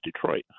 Detroit